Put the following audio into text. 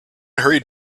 hurried